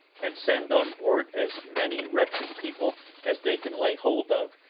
and send on board as many wretched people as they can lay hold of,